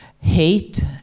hate